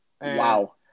Wow